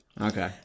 Okay